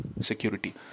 Security